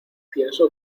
pienso